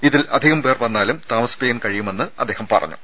ഇതിൽ അധികം പേർ വന്നാലും താമസിപ്പിക്കാൻ കഴിയുമെന്നും അദ്ദേഹം പറഞ്ഞു